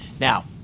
now